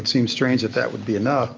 would seem strange that that would be enough